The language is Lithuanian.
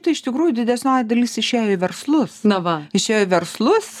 tai iš tikrųjų didesnioji dalis išėjo į verslus na va išėjo į verslus